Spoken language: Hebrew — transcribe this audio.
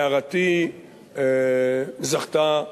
הערתי זכתה,